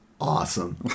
Awesome